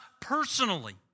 personally